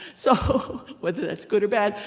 so whether it's good or bad,